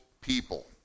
people